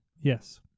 Yes